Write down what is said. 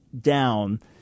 down